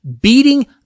Beating